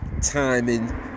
timing